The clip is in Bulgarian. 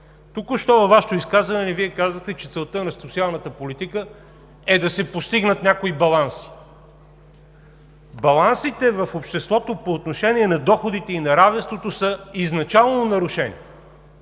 Току-що във Вашето изказване Вие казвате, че целта на социалната политика е да се постигнат някои баланси. Балансите в обществото по отношение на доходите и неравенството са изначално нарушени.